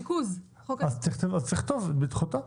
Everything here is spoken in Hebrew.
אז צריך לכתוב: לדחותה.